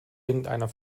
irgendeiner